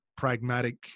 pragmatic